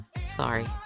Sorry